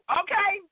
okay